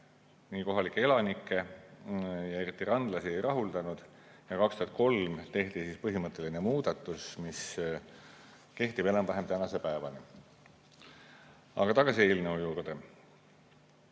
kõiki kohalikke elanikke, eriti randlasi ei rahuldanud. Aastal 2003 tehti põhimõtteline muudatus, mis kehtib enam-vähem tänase päevani. Aga tagasi eelnõu juurde.